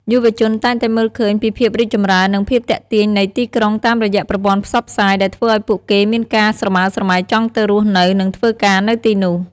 យុវជនតែងតែមើលឃើញពីភាពរីកចម្រើន និងភាពទាក់ទាញនៃទីក្រុងតាមរយៈប្រព័ន្ធផ្សព្វផ្សាយ ដែលធ្វើឲ្យពួកគេមានការស្រមើស្រមៃចង់ទៅរស់នៅ និងធ្វើការនៅទីនោះ។